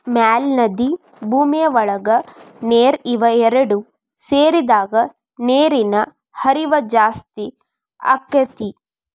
ಮ್ಯಾಲ ನದಿ ಭೂಮಿಯ ಒಳಗ ನೇರ ಇವ ಎರಡು ಸೇರಿದಾಗ ನೇರಿನ ಹರಿವ ಜಾಸ್ತಿ ಅಕ್ಕತಿ